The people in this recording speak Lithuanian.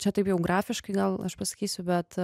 čia taip grafiškai gal aš pasakysiu bet